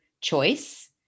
choice